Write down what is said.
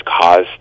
caused